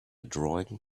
drawing